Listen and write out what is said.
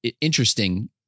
interesting